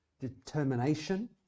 determination